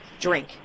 drink